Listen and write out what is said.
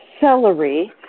celery